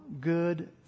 good